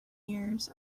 years